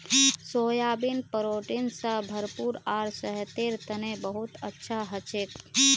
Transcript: soybean protein स भरपूर आर सेहतेर तने बहुत अच्छा हछेक